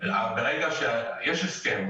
יש הסכם,